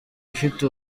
ifite